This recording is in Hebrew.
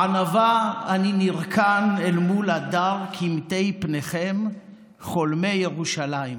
"בענווה אני נרכן אל מול הדר קמטי פניכם / חולמי ירושלים",